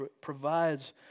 provides